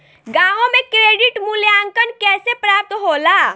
गांवों में क्रेडिट मूल्यांकन कैसे प्राप्त होला?